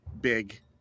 big